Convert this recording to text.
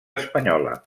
espanyola